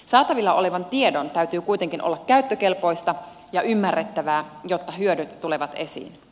saatavilla olevan tiedon täytyy kuitenkin olla käyttökelpoista ja ymmärrettävää jotta hyödyt tulevat esiin